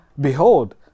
behold